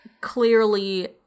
clearly